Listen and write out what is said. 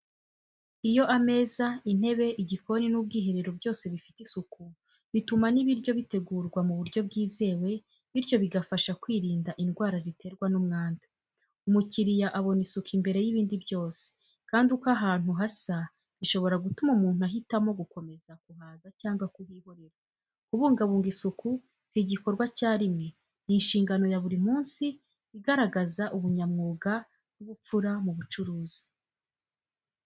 Iyo ameza, intebe, igikoni, n’ubwiherero byose bifite isuku, bituma n’ibiryo bitegurwa mu buryo bwizewe, bityo bigafasha kwirinda indwara ziterwa n’umwanda. Umukiriya abona isuku mbere y'ibindi byose, kandi uko ahantu hasa bishobora gutuma umuntu ahitamo gukomeza kuhaza cyangwa kuhihorera. Kubungabunga isuku si igikorwa cya rimwe, ni inshingano ya buri munsi igaragaza ubunyamwuga n'ubupfura mu bucuruzi.